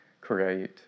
create